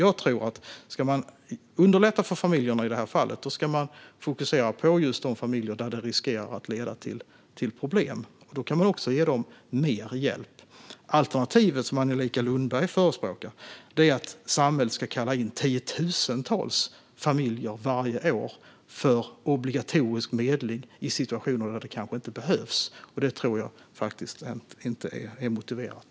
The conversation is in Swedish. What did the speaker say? Jag tror att ska man underlätta för familjerna i det här fallet ska man fokusera på just de familjer där det riskerar att leda till problem. Då kan man också ge dem mer hjälp. Alternativet, som Angelica Lundberg förespråkar, är att samhället ska kalla in tiotusentals familjer varje år för obligatorisk medling i situationer där det kanske inte behövs. Det tror jag faktiskt inte är motiverat.